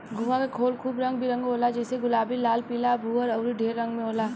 घोंघा के खोल खूब रंग बिरंग होला जइसे गुलाबी, लाल, पीला, भूअर अउर ढेर रंग में होला